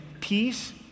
peace